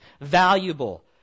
valuable